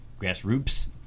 Grassroots